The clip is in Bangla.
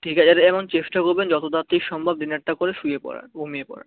ঠিক আছে আর যেমন চেষ্টা করবেন যতো তাড়াতাড়ি সম্ভব ডিনারটা করে শুয়ে পড়ার ঘুমিয়ে পড়ার